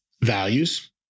values